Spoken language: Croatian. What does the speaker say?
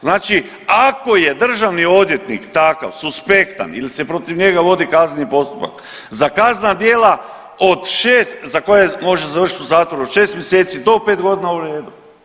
Znači ako je državni odvjetnik takav suspektan ili se protiv njega vodi kazneni postupak za kaznena djela od šest za koja može završiti u zatvoru od šest mjeseci do pet godina u redu.